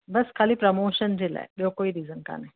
बसि खाली प्रमोशन जे लाइ ॿियो कोई रीज़न कान्हे